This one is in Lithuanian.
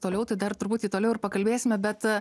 toliau tai dar truputį toliau ir pakalbėsime bet